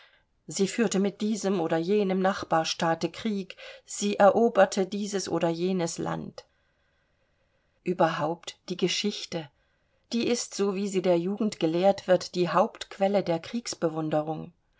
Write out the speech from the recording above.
sie führte mit diesem oder jenem nachbarstaate krieg sie eroberte dieses oder jenes land überhaupt die geschichte die ist so wie sie der jugend gelehrt wird die hauptquelle der